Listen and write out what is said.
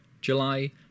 July